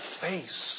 face